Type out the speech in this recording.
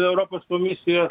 europos komisijo